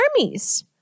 armies